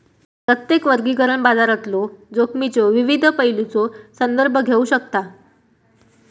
प्रत्येक वर्गीकरण बाजारातलो जोखमीच्यो विविध पैलूंचो संदर्भ घेऊ शकता